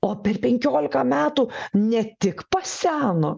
o per penkiolika metų ne tik paseno